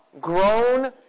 grown